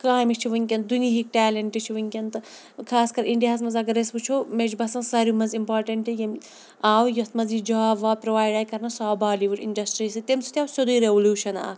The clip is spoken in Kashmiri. کامہِ چھِ وٕنۍکٮ۪ن دُنہیٖکۍ ٹیلٮ۪نٛٹ چھِ وٕنۍکٮ۪ن تہٕ خاص کر اِنڈیاہَس منٛز اگر أسۍ وٕچھو مےٚ چھُ باسان ساروے منٛزٕ اِمپاٹَنٛٹ یِم آو یَتھ منٛز یہِ جاب واب پرٛووایڈ آے کَرنہٕ سُہ آو بالیٖوُڈ اِنڈَسٹِرٛی سۭتۍ تمہِ سۭتۍ آو سیوٚدُے ریٚولیوٗشَن اَکھ